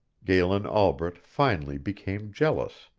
galen albret finally became jealous.